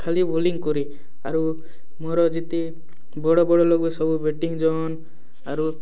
ଖାଲି ବୋଲିଂ କରେ ଆରୁ ମୋର ଯେତେ ବଡ଼ ବଡ଼ ଲୋକେ ସବୁ ବେଟିଂ ଯାଆନ୍ ଆରୁ